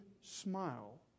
smile